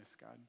God